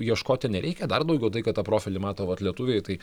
ieškoti nereikia dar daugiau tai kad tą profilį mato vat lietuviai tai